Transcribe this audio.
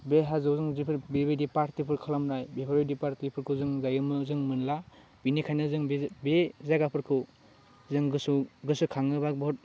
बे हाजोआव जों जेफोर बे बायदि पार्टिफोर खालामनाय बेफोरबायदि पार्टिफोरखौ जों जायोमोन जों मोनला बिनिखायनो जों बे बे जायगाफोरखौ जों गोसोआव गोसो खाङोबा बुहुत